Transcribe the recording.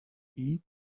eat